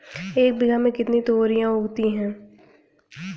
एक बीघा में कितनी तोरियां उगती हैं?